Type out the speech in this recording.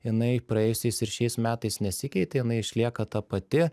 jinai praėjusiais ir šiais metais nesikeitė jinai išlieka ta pati